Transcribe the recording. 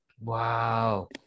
Wow